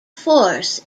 force